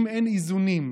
אם אין איזונים,